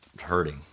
hurting